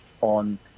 on